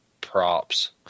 props